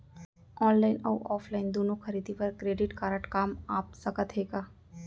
Online अऊ offline दूनो खरीदी बर क्रेडिट कारड काम आप सकत हे का?